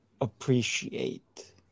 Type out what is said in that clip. appreciate